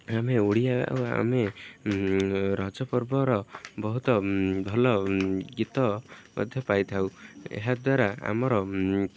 ଆମେ ଓଡ଼ିଆ ଆଉ ଆମେ ରଜ ପର୍ବର ବହୁତ ଭଲ ଗୀତ ମଧ୍ୟ ଗାଇଥାଉ ଏହାଦ୍ୱାରା ଆମର